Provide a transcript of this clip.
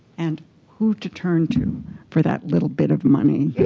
and who to turn to for that little bit of money.